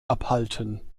abhalten